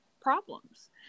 problems